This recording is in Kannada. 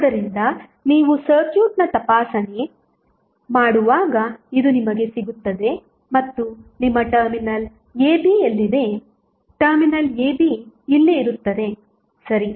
ಆದ್ದರಿಂದ ನೀವು ಸರ್ಕ್ಯೂಟ್ನ ತಪಾಸಣೆ ಮಾಡುವಾಗ ಇದು ನಿಮಗೆ ಸಿಗುತ್ತದೆ ಮತ್ತು ನಿಮ್ಮ ಟರ್ಮಿನಲ್ ab ಎಲ್ಲಿದೆ ಟರ್ಮಿನಲ್ ab ಇಲ್ಲಿರುತ್ತದೆ ಸರಿ